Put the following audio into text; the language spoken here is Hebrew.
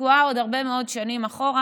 תקועה עוד הרבה מאוד שנים אחורה,